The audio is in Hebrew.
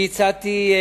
אני הצעתי,